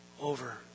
over